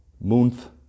month